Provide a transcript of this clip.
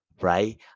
right